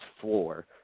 floor